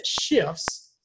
shifts